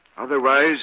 Otherwise